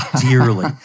dearly